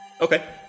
Okay